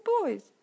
boys